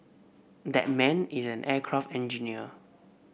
that man is an aircraft engineer